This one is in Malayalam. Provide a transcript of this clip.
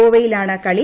ഗോവയിലാണ് കളി